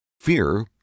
Fear